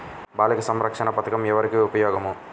బాలిక సంరక్షణ పథకం ఎవరికి ఉపయోగము?